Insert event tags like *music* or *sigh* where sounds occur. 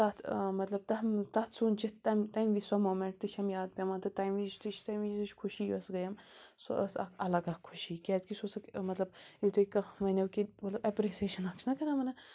تَتھ مطلب *unintelligible* تَتھ سونٛچِتھ تَمہِ تَمہِ وِزِ سۄ موٚمٮ۪نٛٹ تہِ چھَم یاد پٮ۪وان تہٕ تَمہِ وِزِ تہِ *unintelligible* تَمہِ وِزٕچۍ خوشی یۄس گٔیَم سۄ ٲس اَکھ اَلگ اَکھ خوشی کیٛازکہِ سُہ اوس اَکھ مطلب ییٚلہِ تۄہہِ کانٛہہ وَنیو کہِ مطلب اٮ۪پرِسیشَن اَکھ چھِنَہ کَران وَنان